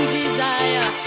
desire